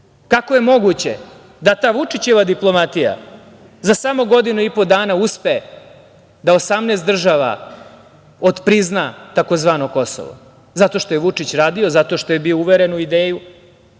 je moguće da ta Vučićeva diplomatija za samo godinu i po dana uspe da 18 država otprizna tzv. Kosovo? Zato što je Vučić radio, zato što je bio uveren u ideju,